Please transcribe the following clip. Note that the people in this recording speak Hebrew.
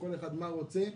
כל אחד מה הוא רוצה.